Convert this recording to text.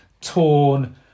torn